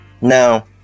now